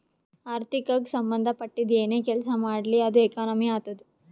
ಆರ್ಥಿಕಗ್ ಸಂಭಂದ ಪಟ್ಟಿದ್ದು ಏನೇ ಕೆಲಸಾ ಮಾಡ್ಲಿ ಅದು ಎಕನಾಮಿಕ್ ಆತ್ತುದ್